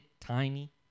tiny